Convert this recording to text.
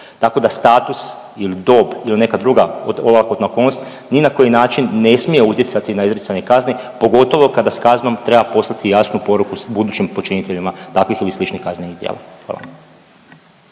tako da status ili dok ili neka druga olakotna okolnost ni na koji način ne smije utjecati na izricanje kazne pogotovo kada s kaznom treba poslati jasnu poruku budućim počiniteljima takvih ili sličnih kaznenih djela. Hvala.